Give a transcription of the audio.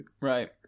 Right